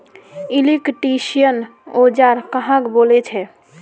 Electrician औजार कहाक बोले छे?